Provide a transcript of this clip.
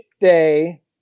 Day